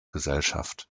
gesellschaft